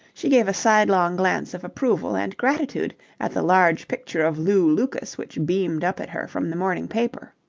she gave a sidelong glance of approval and gratitude at the large picture of lew lucas which beamed up at her from the morning paper.